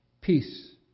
Peace